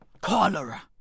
Cholera